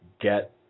get